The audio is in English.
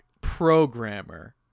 programmer